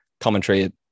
commentary